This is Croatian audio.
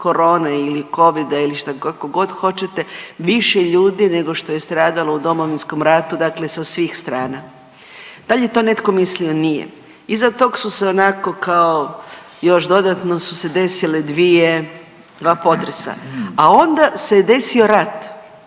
korone ili covida ili šta god, kako god hoćete, više ljudi nego što je stradalo u Domovinskom ratu, dakle sa svih strana, dal je to netko mislio, nije. Iza tog su se onako kao, još dodatno su se desile dvije, dva potresa, a onda se je desio rat.